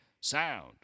Sound